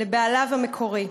לבעליה המקוריים,